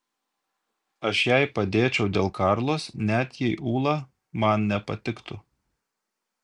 aš jai padėčiau dėl karlos net jei ula man nepatiktų